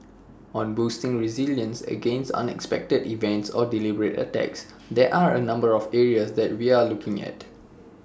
on boosting resilience against unexpected events or deliberate attacks there are A number of areas that we are looking at